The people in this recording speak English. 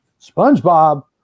SpongeBob